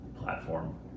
platform